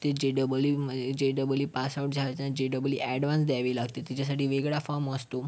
ते जे डबल ईमध्ये जे डबल ई पासआउट झाल्याच्यानंतर जे डबल ई एडवांस द्यावी लागते त्याच्यासाठी वेगळा फॉर्म असतो